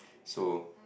so